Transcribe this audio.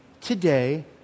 today